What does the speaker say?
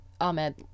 Ahmed